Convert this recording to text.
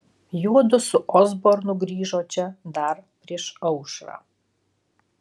juodu su osbornu grįžo čia dar prieš aušrą